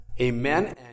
Amen